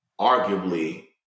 Arguably